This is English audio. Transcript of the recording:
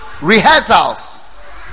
rehearsals